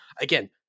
again